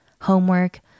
Homework